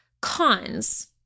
cons